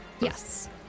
yes